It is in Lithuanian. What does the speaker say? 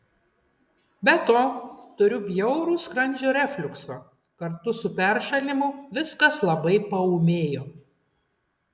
be to turiu bjaurų skrandžio refliuksą kartu su peršalimu viskas labai paūmėjo